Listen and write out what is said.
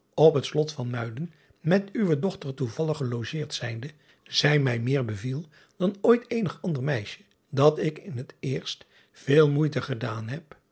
op het lot van uiden met uwe dochter toevallig gelogeerd zijnde zij mij meer beviel dan ooit eenig ander meisje dat ik in het eerst veel moeite gedaan heb